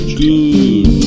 good